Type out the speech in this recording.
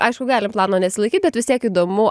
aišku galim plano nesilaikyt bet vis tiek įdomu